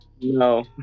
No